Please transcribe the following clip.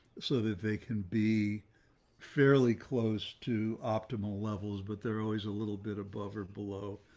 so that they can be fairly close to optimal levels, but they're always a little bit above or below,